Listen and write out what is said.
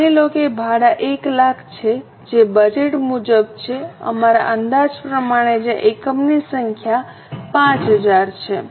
માની લો કે ભાડા 100000 છે જે બજેટ મુજબ છે અમારા અંદાજ પ્રમાણે જ્યાં એકમની સંખ્યા 5000 છે